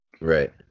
right